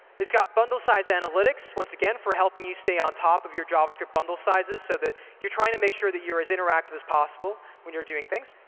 it's got bundle size analytics. analytics. once again, for helping you stay on top of your javascript bundle sizes, so that you're trying to make sure that you're as interactive as possible when you're doing things.